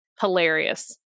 hilarious